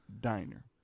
diner